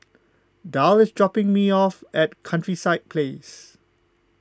Darl is dropping me off at Countryside Place